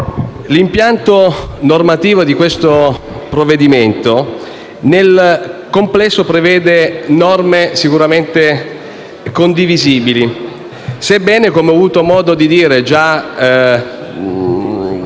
l'impianto normativo del provvedimento in esame nel complesso prevede norme sicuramente condivisibili, sebbene - come ho avuto modo di dire già